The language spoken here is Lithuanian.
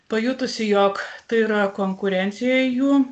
pajutusi jog tai yra konkurencija jų